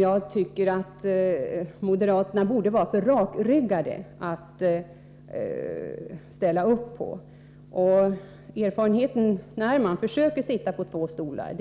Jag tycker att moderaterna borde vara tillräckligt rakryggade för att inte ställa upp på ett sådant här taktiskt spel. Erfarenheterna har visat att den som försöker sitta på två stolar